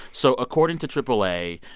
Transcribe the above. so according to aaa,